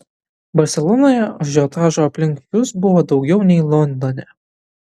barselonoje ažiotažo aplink jus buvo daugiau nei londone